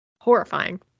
Horrifying